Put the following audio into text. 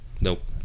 Nope